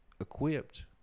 equipped